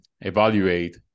evaluate